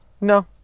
No